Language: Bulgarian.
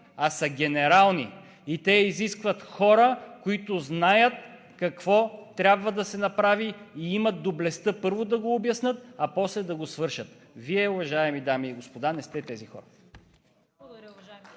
а са генерални и те изискват хора, които знаят какво трябва да се направи, и имат доблестта първо да го обяснят, а после да го свършат. Вие, уважаеми дами и господа, не сте тези хора! (Частични ръкопляскания